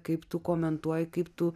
kaip tu komentuoji kaip tu